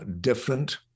different